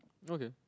okay